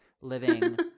living